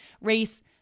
race